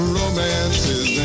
romances